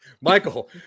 Michael